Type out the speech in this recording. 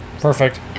perfect